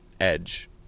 edge